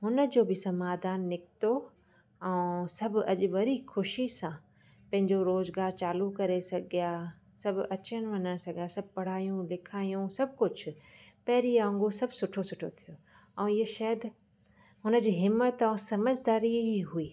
हुन जो बि समाधान निकितो ऐं सभु अॼु वरी ख़ुशी सां पंहिंजो रोज़गारु चालू करे सघिया सभु अचणु वञणु सघिया सभु पढ़ायूं लिखायूं सभु कुझु पहिरीं वांगुरु सभु सुठो सुठो थियो ऐं ईअं शइ हुन जी हिमथ ऐं समझदारी ई हुई